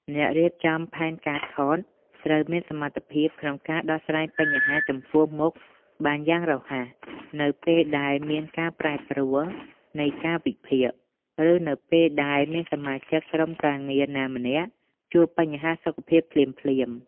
អ្នករៀបចំផែនការថតត្រូវមានសមត្ថភាពក្នុងការដោះស្រាយបញ្ហាចំពោះមុខបានយ៉ាងរហ័ស នៅពេលដែលមានការប្រែប្រួលនៃកាលវិភាគ ឬនៅពេលដែលមានសមាជិកក្រុមការងារណាម្នាក់ជួបបញ្ហាសុខភាពភ្លាមៗ។